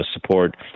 support